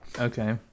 Okay